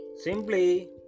Simply